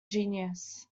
genius